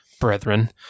brethren